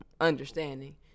understanding